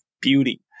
beauty